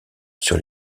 sur